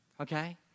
okay